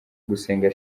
gusenga